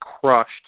crushed